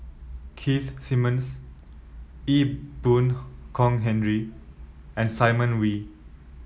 Keith Simmons Ee Boon Kong Henry and Simon Wee